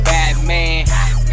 Batman